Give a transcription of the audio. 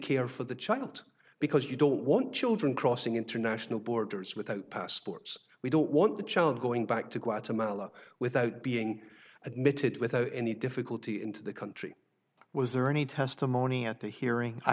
care for the child because you don't want children crossing international borders without passports we don't want the child going back to guatemala without being admitted without any difficulty into the country was there any testimony at the hearing i